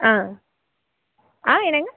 ஆ ஆ என்னங்க